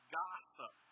gossip